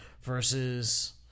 versus